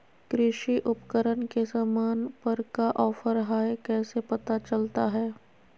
कृषि उपकरण के सामान पर का ऑफर हाय कैसे पता चलता हय?